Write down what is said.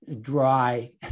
dry